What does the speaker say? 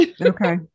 Okay